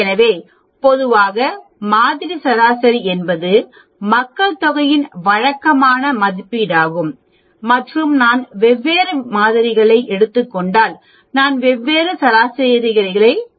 எனவே பொதுவாக மாதிரி சராசரி என்பது மக்கள்தொகையின் வழக்கமான மதிப்பீடாகும் மற்றும் நான் வெவ்வேறு மாதிரிகள் எடுத்துக் கொண்டால் நான் வெவ்வேறு சராசரிகளை சதீஷ்பெறுவேன்